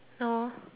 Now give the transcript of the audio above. no